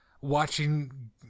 watching